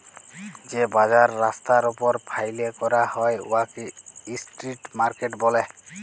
যে বাজার রাস্তার উপর ফ্যাইলে ক্যরা হ্যয় উয়াকে ইস্ট্রিট মার্কেট ব্যলে